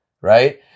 right